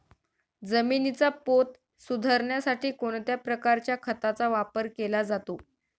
जमिनीचा पोत सुधारण्यासाठी कोणत्या प्रकारच्या खताचा वापर केला जातो?